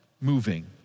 moving